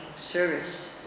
service